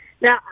Now